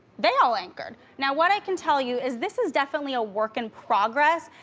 they all anchored. now what i can tell you is this is definitely a work in progress,